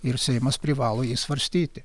ir seimas privalo jį svarstyti